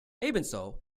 ebenso